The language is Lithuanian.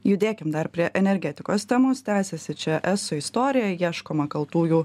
judėkim dar prie energetikos temos tęsiasi čia eso istorijoje ieškoma kaltųjų